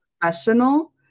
professional